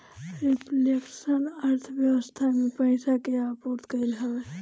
reflection अर्थव्यवस्था में पईसा के आपूर्ति कईल हवे